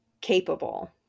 capable